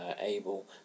able